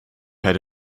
had